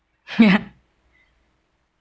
ya